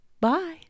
bye